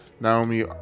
Naomi